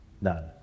none